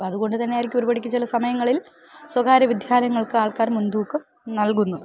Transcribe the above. അപ്പം അതുകൊണ്ട് തന്നെ ആയിരിക്കും ഒരുപടിക്ക് ചില സമയങ്ങളിൽ സ്വകാര്യ വിദ്യാലയങ്ങൾക്ക് ആൾക്കാർ മുൻതൂക്കം നൽകുന്നു